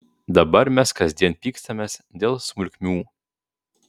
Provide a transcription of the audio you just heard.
dabar mes kasdien pykstamės dėl smulkmių